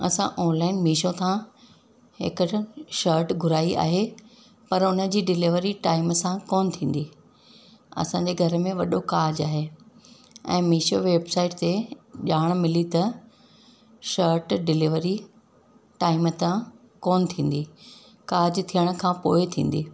असां online Meesho था हेकर शर्ट घुराई आहे पर हुनजी डिलेवरी टाइम सां कोन थींदी असांजे घर में वॾो कार्जु आहे ऐं मीशो वेबसाइट ते ॼाण मिली त शर्ट डिलेवरी टाइम था कोन थींदी कार्जु थिअण खां पोइ थींदी